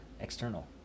external